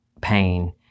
pain